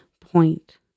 point